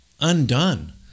undone